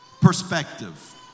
perspective